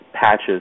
patches